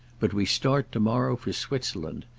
but we start to-morrow for switzerland.